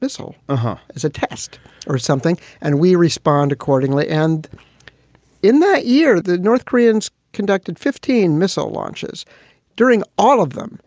missile and as a test or something. and we respond accordingly. and in that year, the north koreans conducted fifteen missile launches during all of them.